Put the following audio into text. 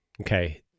Okay